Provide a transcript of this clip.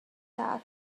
hat